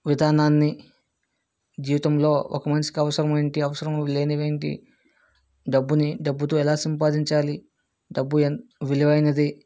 విధానాన్ని జీవితంలో ఒక మనిషికి అవసరమైనవి ఏంటి అవసరం లేనివి ఏంటి డబ్బుని డబ్బుతో ఎలా సంపాదించాలి డబ్బు విలువైనది